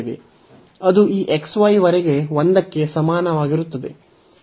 ಅದು ಈ xy ವರೆಗೆ 1 ಕ್ಕೆ ಸಮನಾಗಿರುತ್ತದೆ